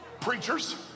Preachers